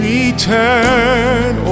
Return